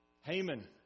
Haman